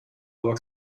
aber